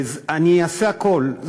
ואני אעשה הכול,